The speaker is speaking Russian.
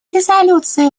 резолюция